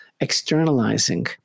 externalizing